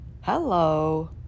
Hello